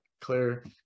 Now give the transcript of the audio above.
clear